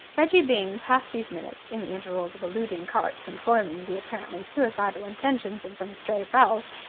reggie byng passed these minutes, in the intervals of eluding carts and foiling the apparently suicidal intentions of some stray fowls,